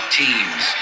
teams